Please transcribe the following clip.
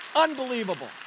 Unbelievable